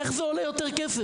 איך זה עולה יותר כסף?